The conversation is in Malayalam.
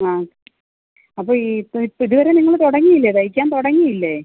ആ അപ്പോൾ ഈ ഇപ്പം ഇതുവരെ നിങ്ങൾ തുടങ്ങിയില്ലേ തയ്ക്കാൻ തുടങ്ങിയില്ലേ